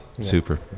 Super